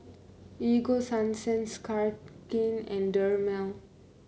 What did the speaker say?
Ego Sunsense Cartigain and Dermale